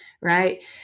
right